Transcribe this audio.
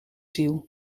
ziel